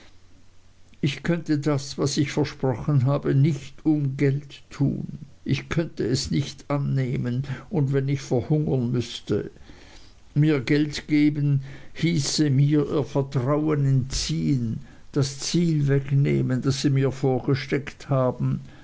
ich könnte das was ich versprochen habe nicht um geld tun ich könnte es nicht annehmen und wenn ich verhungern müßte mir geld geben hieße mir ihr vertrauen entziehen das ziel wegnehmen das sie mir vorgesteckt haben